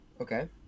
Okay